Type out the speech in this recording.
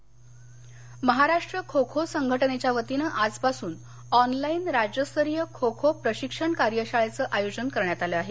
खो खो महाराष्ट्र खो खो संघटनेच्यावतीनं आजपासून ऑनलाईन राज्यस्तरीय खो खो प्रशिक्षण कार्यशाळेचं आयोजन करण्यात आलं आहे